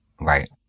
Right